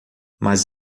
mas